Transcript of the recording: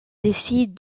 décident